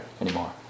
anymore